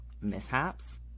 mishaps